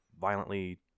violently